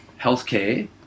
healthcare